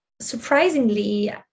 Surprisingly